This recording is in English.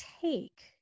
take